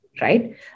right